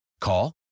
Call